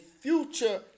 future